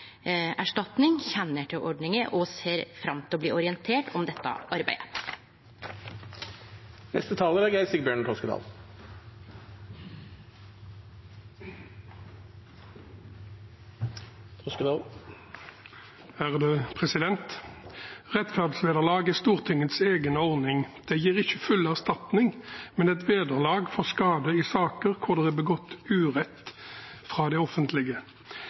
erstatning, kjenner til ordninga. Me ser fram til å bli orienterte om dette arbeidet. Rettferdsvederlag er Stortingets egen ordning. Det gis ikke full erstatning, men et vederlag for skade i saker hvor det er begått urett fra det offentlige.